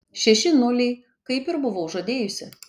šeši nuliai kaip ir buvau žadėjusi